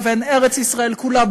לבין ארץ-ישראל כולה,